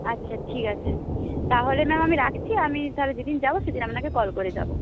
আচ্ছা ঠিক আছে তাহলে ম্যাম আমি রাখছি আমি তাহলে যেদিন যাব সেদিন আপনাকে কল করে যাব